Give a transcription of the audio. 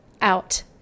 out